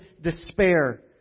despair